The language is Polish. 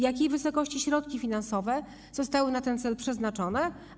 Jakiej wysokości środki finansowe zostały na ten cel przeznaczone?